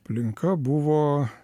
aplinka buvo